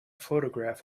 photograph